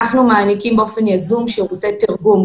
אנחנו מעניקים באופן יזום שירותי תרגום,